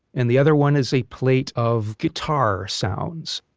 and the other one is a plate of guitar sounds.